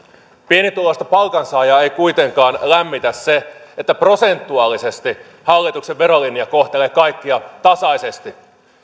pienituloista palkansaajaa ei kuitenkaan lämmitä se että prosentuaalisesti hallituksen verolinja kohtelee kaikkia tasaisesti